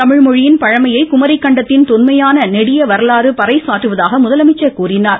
தமிழ்மொழியின் பழமையை குமரி கண்டத்தின் தொன்மையான நெடிய வரலாறு பறை சாற்றுவதாக முதலமைச்சர் தெரிவித்தார்